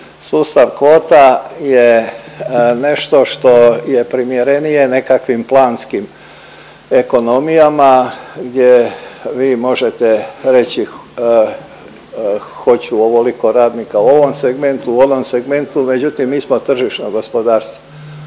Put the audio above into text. Sustav kvota je nešto što je primjerenije nekakvim planskim ekonomijama gdje vi možete reći hoću ovoliko radnika u ovom segmentu, u onom segmentu međutim mi smo tržišno gospodarstvo,